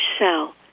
cell